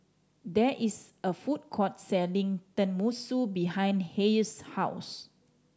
there is a food court selling Tenmusu behind Hayes' house